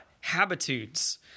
Habitudes